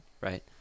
right